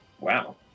Wow